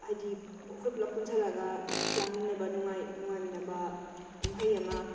ꯍꯥꯏꯗꯤ ꯑꯩꯈꯣꯏ ꯄꯨꯂꯞ ꯄꯨꯟꯁꯤꯟꯂꯒ ꯂꯥꯡꯃꯤꯟꯅꯕ ꯅꯨꯡꯉꯥꯏ ꯅꯨꯡꯉꯥꯏꯃꯤꯟꯅꯕ ꯀꯨꯝꯍꯩ ꯑꯃ